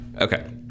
Okay